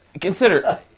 Consider